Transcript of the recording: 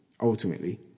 ultimately